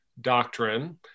doctrine